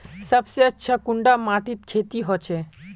सबसे अच्छा कुंडा माटित खेती होचे?